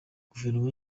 guverinoma